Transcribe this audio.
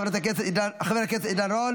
חבר הכנסת עידן רול,